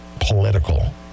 political